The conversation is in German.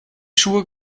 schuhe